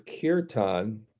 kirtan